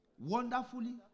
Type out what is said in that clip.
Wonderfully